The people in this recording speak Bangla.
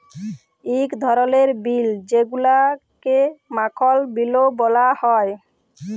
ইক ধরলের বিল যেগুলাকে মাখল বিলও ব্যলা হ্যয়